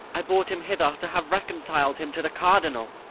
i brought him hither, to have reconcil'd him to the cardinal.